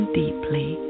deeply